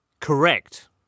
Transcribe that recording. Correct